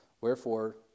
Wherefore